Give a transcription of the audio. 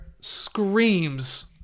screams